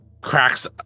cracks